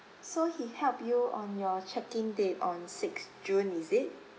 so he helped you on your check in date on sixth june is it